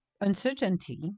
uncertainty